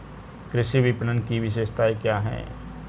कृषि विपणन की विशेषताएं क्या हैं?